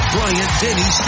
Bryant-Denny